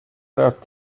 that